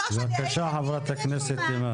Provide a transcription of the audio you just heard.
שוש אני הייתי רשומה,